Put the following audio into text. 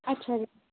ਅੱਛਾ ਜੀ